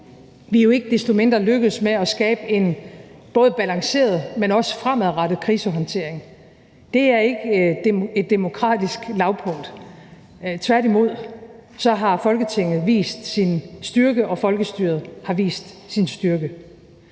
vi er jo ikke desto mindre lykkedes med at skabe en både balanceret, men også fremadrettet krisehåndtering. Det er ikke et demokratisk lavpunkt. Tværtimod har Folketinget vist sin styrke, og folkestyret har vist sin styrke.